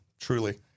truly